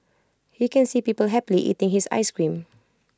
he can see people happily eating his Ice Cream